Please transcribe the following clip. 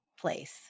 place